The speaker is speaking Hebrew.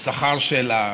השכר של,